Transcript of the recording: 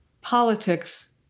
politics